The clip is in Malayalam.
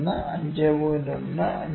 1 5